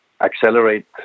accelerate